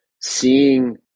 seeing